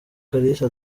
kalisa